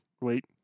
Wait